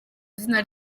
izina